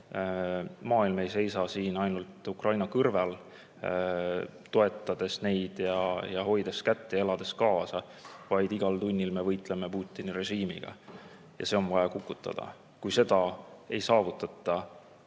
maailm ei seisa siin ainult Ukraina kõrval, toetades neid ja hoides kätt ja elades kaasa, vaid igal tunnil me võitleme ka Putini režiimiga. See on vaja kukutada. Kui seda ei saavutata,